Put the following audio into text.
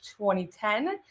2010